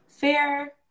fair